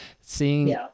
seeing